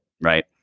Right